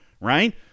right